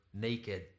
naked